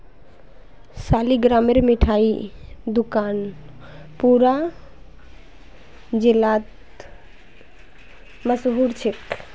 सालिगरामेर मिठाई दुकान पूरा जिलात मशहूर छेक